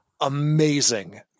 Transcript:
amazing